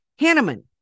Hanneman